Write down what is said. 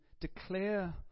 declare